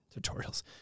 tutorials